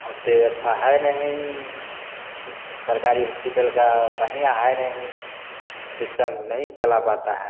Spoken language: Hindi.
ओते अच्छा है नहीं ये सब सरकारी हॉस्पिटल का बढ़िया है नहीं सिस्टम नहीं चला पाता है